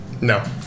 No